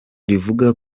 rivuga